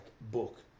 book